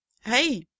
hey